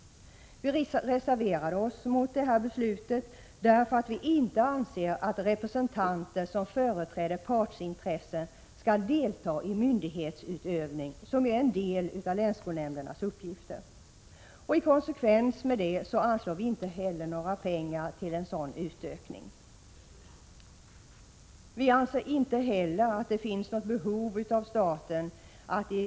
Vi reserverade oss mot detta beslut därför att vi ansåg att representanter som företräder partsintressen inte skulle delta i myndighetsutövning, som är en del av länsskolnämndernas uppgifter. I konsekvens med detta tillstyrkte vi inte heller några pengar till en sådan utökning av länsskolnämnderna. Vi anser dessutom inte att det finns något behov av att staten ägnar sig åt Prot.